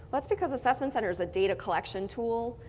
that's because assessment center is a data collection tool,